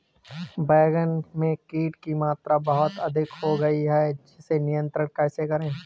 बैगन में कीट की मात्रा बहुत अधिक हो गई है इसे नियंत्रण कैसे करें?